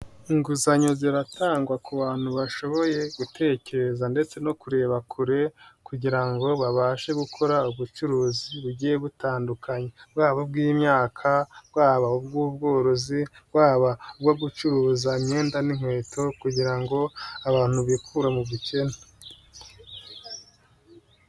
Inguzanyo ziratangwa ku bantu bashoboye gutekereza ndetse no kureba kure kugira ngo babashe gukora ubucuruzi bugiye butandukanye, bwabo bw'imyaka, bwaba ubw'bworozi, bwaba ubwo gucuruza imyenda n'inkweto kugira ngo abantu bikure mu bukene.